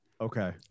Okay